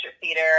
theater